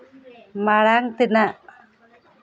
ᱢᱟᱲᱟᱝ ᱛᱮᱱᱟᱜ